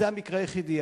זה המקרה היחידי.